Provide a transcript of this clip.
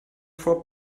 four